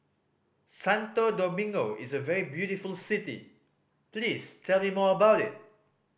Santo Domingo is a very beautiful city please tell me more about it